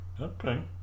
okay